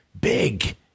big